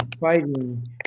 fighting